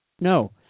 no